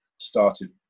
started